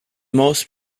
most